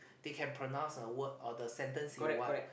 they can pronounce the word or the sentence you want